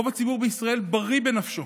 רוב הציבור בישראל בריא בנפשו